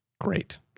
Great